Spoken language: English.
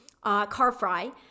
Carfry